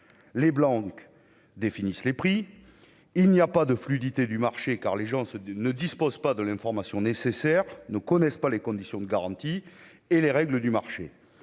les Blank définit les prix, il n'y a pas de fluidité du marché, car les gens se ne dispose pas de l'information nécessaire ne connaissent pas les conditions de garantie et les règles du marché